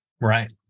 Right